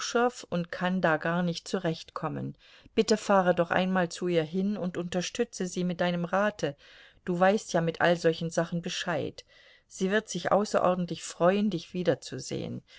und kann da gar nicht zurechtkommen bitte fahre doch einmal zu ihr hin und unterstütze sie mit deinem rate du weißt ja mit all solchen sachen bescheid sie wird sich außerordentlich freuen dich wiederzusehen